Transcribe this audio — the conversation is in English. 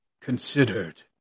considered